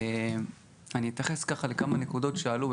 אני אתייחס לכמה נקודות שעלו.